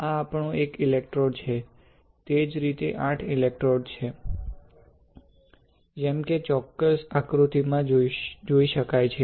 આ આપણો એક ઇલેક્ટ્રોડ છે તે જ રીતે 8 ઇલેક્ટ્રોડ છે જેમ કે આ ચોક્કસ આકૃતિમાં જોઈ શકાય છે